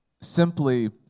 simply